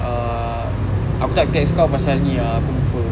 uh aku tak text kau pasal ni ni aku lupa